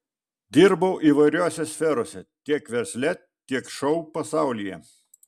dirbau įvairiose sferose tiek versle tiek šou pasaulyje